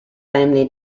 family